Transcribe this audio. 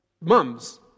mums